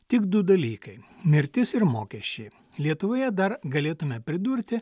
tik du dalykai mirtis ir mokesčiai lietuvoje dar galėtume pridurti